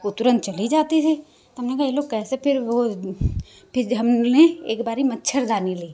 वो तुरंत चली जाती थी तो हमने कहा ये लोग कैसे फिर वो फिर हमने एक बारी मच्छरदानी ली